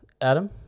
Adam